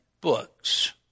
books